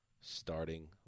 starting